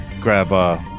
grab